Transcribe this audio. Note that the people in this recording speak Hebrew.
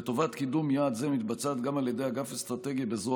לטובת קידום יעד זה מתבצעת גם באגף אסטרטגיה בזרוע